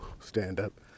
stand-up